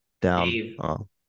down